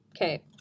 okay